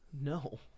No